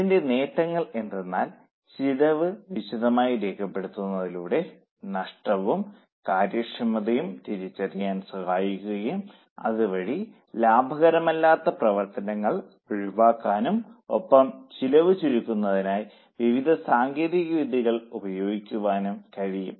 ഇതിന്റെ നേട്ടങ്ങൾ എന്തെന്നാൽ ചിലവ് വിശദമായി രേഖപ്പെടുത്തുന്നതിലൂടെ നഷ്ടവും കാര്യക്ഷമതയും തിരിച്ചറിയാൻ സഹായിക്കുകയും അതുവഴി ലാഭകരമല്ലാത്ത പ്രവർത്തനങ്ങൾ ഒഴിവാക്കാനും ഒപ്പം ചെലവ് ചുരുക്കുന്നതിനായി വിവിധ സാങ്കേതികവിദ്യകൾ ഉപയോഗിക്കുവാനും കഴിയും